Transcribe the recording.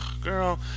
girl